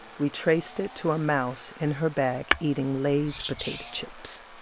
we traced it to a mouse in her bag eating lay's potato chips.